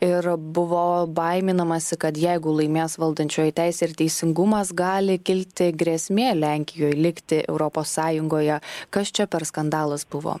ir buvo baiminamasi kad jeigu laimės valdančioji teisė ir teisingumas gali kilti grėsmė lenkijoj likti europos sąjungoje kas čia per skandalas buvo